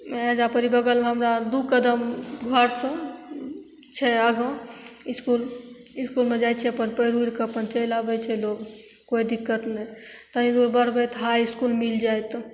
अयजाँ पर बगलमे हमरा दू कदम घरसँ छै आगा इसकुल इसकुलमे जाइ छियै अपन पढ़ि उढ़िके अपन चलि आबय छै लोग कोइ दिक्कत नहि तनी दूर बढ़बय तऽ हाइ इसकुल मिल जायत